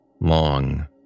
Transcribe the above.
long